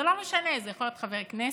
זה לא משנה, זה יכול להיות חבר כנסת,